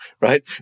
right